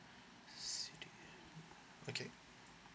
C_D_A okay